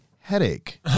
headache